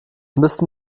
müssen